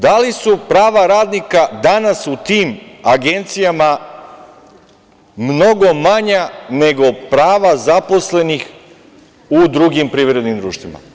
Da li su prava radnika danas u tim agencijama mnogo manja nego prava zaposlenih u drugim privrednim društvima?